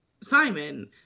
Simon